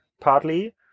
partly